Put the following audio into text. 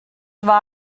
war